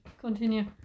continue